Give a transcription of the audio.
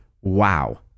wow